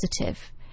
positive